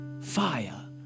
fire